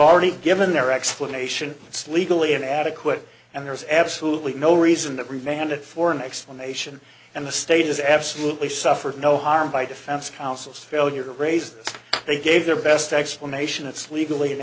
already given their explanation it's legally an adequate and there's absolutely no reason that remained it for an explanation and the state has absolutely suffered no harm by defense counsel's failure raised they gave their best explanation it's legally an